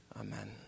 Amen